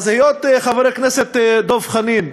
אז, חבר הכנסת דב חנין,